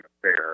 affair